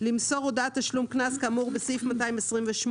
למסור הודעת תשלום קנס כאמור בסעיף 228